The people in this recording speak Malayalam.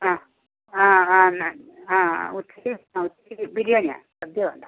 ആ ആ ആ എന്നാൽ ആ ഉച്ചയ്ക്ക് ഉച്ചയ്ക്ക് ബിരിയാണിയാ സദ്യ വേണ്ട